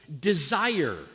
desire